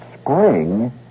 spring